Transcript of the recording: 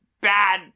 bad